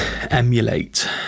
emulate